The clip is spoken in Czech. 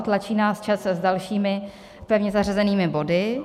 Tlačí nás čas s dalšími pevně zařazenými body.